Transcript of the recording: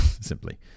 simply